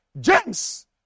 James